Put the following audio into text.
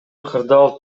кырдаал